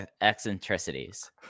eccentricities